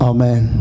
Amen